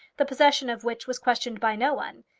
the possession of which was questioned by no one.